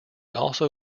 also